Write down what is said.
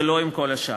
ולא לגבי כל השאר.